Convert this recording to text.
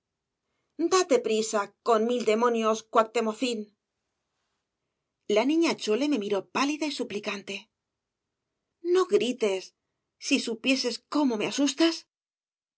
date prisa con mil demonios cuactemocín la niña chole me miró pálida y suplicante no grites si supieses cómo me asustas